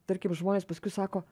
tarkim žmonės paskui sako